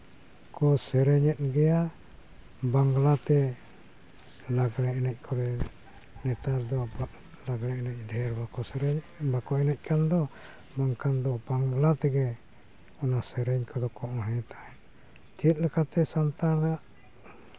ᱠᱚ ᱥᱮᱨᱮᱧᱮᱫ ᱜᱮᱭᱟ ᱵᱟᱝᱞᱟᱛᱮ ᱞᱟᱜᱽᱬᱮ ᱮᱱᱮᱡ ᱠᱚᱨᱮ ᱱᱮᱛᱟᱨ ᱫᱚ ᱞᱟᱜᱽᱬᱮ ᱮᱱᱮᱡ ᱰᱷᱮᱨ ᱵᱟᱠᱚ ᱥᱮᱨᱮᱧᱮᱜᱼᱟ ᱵᱟᱠᱚ ᱮᱱᱮᱡ ᱠᱟᱱ ᱫᱚ ᱵᱟᱝᱠᱷᱟᱱ ᱫᱚ ᱵᱟᱝᱞᱟ ᱛᱮᱜᱮ ᱚᱱᱟ ᱥᱮᱨᱮᱧ ᱠᱚᱫᱚ ᱠᱚ ᱚᱬᱦᱮ ᱛᱟᱦᱮᱸᱫ ᱪᱮᱫ ᱞᱮᱠᱟᱛᱮ ᱥᱟᱱᱛᱟᱲᱟᱜ